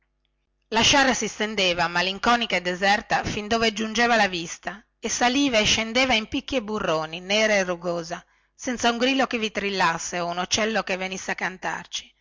sciara si stendeva malinconica e deserta fin dove giungeva la vista e saliva e scendeva in picchi e burroni nera e rugosa senza un grillo che vi trillasse o un uccello che